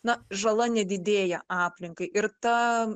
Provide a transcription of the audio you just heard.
na žala nedidėja aplinkai ir ta